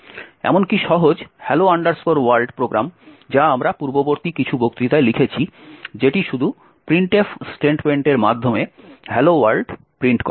এমনকি সহজ Hello World program যা আমরা পূর্ববর্তী কিছু বক্তৃতায় লিখেছি যেটি শুধু printf স্টেটমেন্টের মাধ্যমে hello world "hello world" print করে